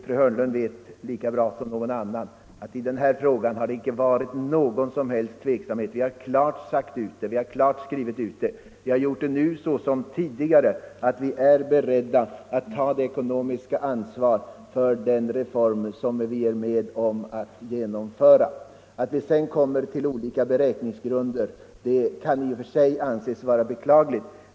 Fru Hörnlund vet lika bra som någon annan att = bildningen det i denna fråga inte råder någon som helst tveksamhet. Vi ifrån folkpartiet har nu såsom tidigare klart sagt ut att vi är beredda att ta det ekonomiska ansvaret för den reform som vi är med om att genomföra. Att man sedan kommer till olika beräkningsgrunder kan i och för sig anses beklagligt.